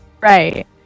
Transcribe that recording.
Right